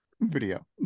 video